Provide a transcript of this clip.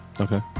Okay